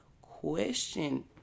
question